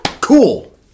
Cool